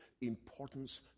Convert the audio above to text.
importance